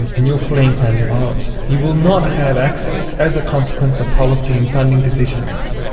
and you're fleeing family violence, you will not have access as a consequence of policy and funding decisions,